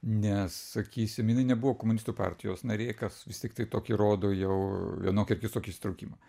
nes sakysim jinai nebuvo komunistų partijos narė kas vis tiktai tokį rodo jau vienokį ar kitokį įsitraukimą